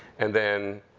and then,